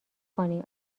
کنیم